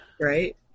Right